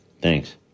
Thanks